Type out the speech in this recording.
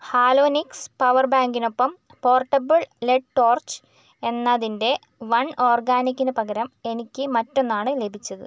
Halonix power ബാങ്കിനൊപ്പം portable LED torch എന്നതിന്റെ one ഓർഗാനിക്കിന് പകരം എനിക്ക് മറ്റൊന്നാണ് ലഭിച്ചത്